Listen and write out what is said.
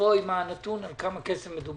שתבוא עם הנתון על כמה מדובר,